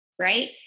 right